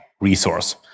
resource